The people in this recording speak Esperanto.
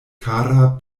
kara